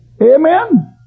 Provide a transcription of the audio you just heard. Amen